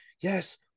Yes